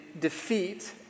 defeat